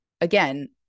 again